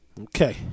Okay